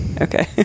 okay